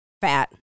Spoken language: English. fat